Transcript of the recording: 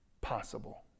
possible